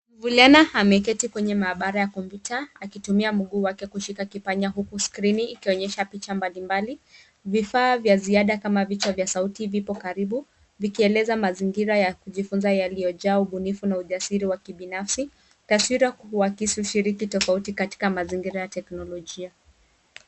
Mvulana ameketi kwenye maabara ya kompyuta akitumia mguu wake kushika kipanya huku skrini ikionyesha picha mbalimbali. Vifaa za ziada kama vichwa vya sauti vipo karibu vikieleza mazingira ya kujifunza yaliyojaa ubunifu na ujasiri wa kibinafsi. Taswira huakisi ushiriki tofauti katika mazingira ya teknolojia.